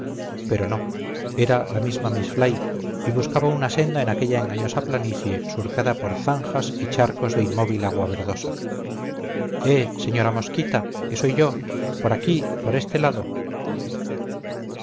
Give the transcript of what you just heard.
pero no era la misma miss fly y buscaba una senda en aquella engañosa planicie surcada por zanjas y charcos de inmóvil agua verdosa eh señora mosquita que soy yo por aquí por este lado